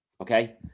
okay